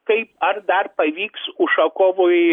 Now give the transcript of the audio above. kai ar dar pavyks ušakovui